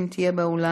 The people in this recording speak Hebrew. אם תהיה באולם.